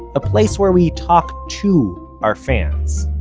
a place where we talk to our fans.